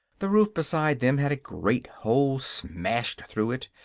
the roof beside them had a great hole smashed through it,